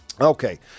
Okay